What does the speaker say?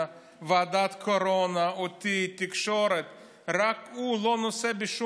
תוכניות כלכליות בקושי נוצלו,